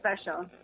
special